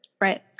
Right